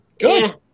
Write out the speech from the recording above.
Good